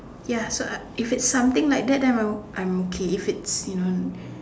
ya so I if it's something like that then I'm I'm okay if it's you know